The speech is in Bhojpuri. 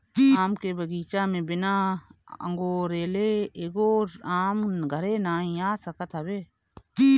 आम के बगीचा में बिना अगोरले एगो आम घरे नाइ आ सकत हवे